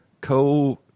co